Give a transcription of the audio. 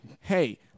hey